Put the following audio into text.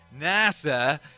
NASA